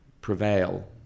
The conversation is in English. prevail